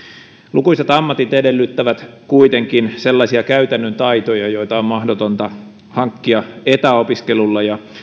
lukuisat ammatit edellyttävät kuitenkin sellaisia käytännön taitoja joita on mahdotonta hankkia etäopiskelulla ja